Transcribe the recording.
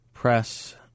press